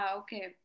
okay